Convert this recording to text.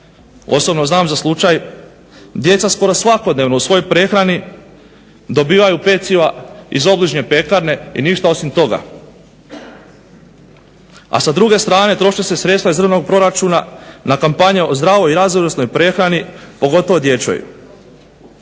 osobno znam za slučaj djeca skoro svakodnevno u svojoj prehrani dobivaju peciva iz obližnje pekarne i ništa osim toga, a s druge strane troše se sredstva iz državnog proračuna na kampanje o zdravoj i raznovrsnoj prehrani pogotovo dječjoj.